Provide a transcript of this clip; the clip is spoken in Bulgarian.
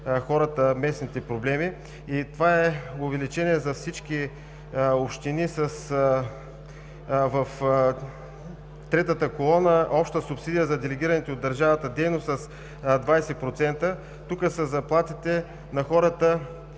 споделят местните проблеми. Това е увеличение за всички общини – в третата колона „Обща субсидия за делегираните от държавата дейности“ – с 20%. Тук са заплатите на хората